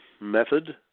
method